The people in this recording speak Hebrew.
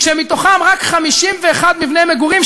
ומתוכם רק 51 מבני מגורים,